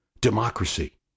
Democracy